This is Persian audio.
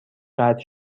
قطع